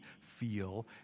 feel